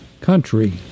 country